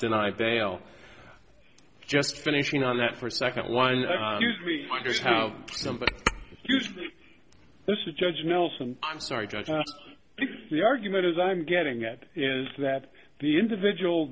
deny bail just finishing on that for a second one wonders how this is judge nelson i'm sorry judge the argument is i'm getting at is that the individual